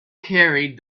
carried